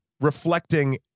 reflecting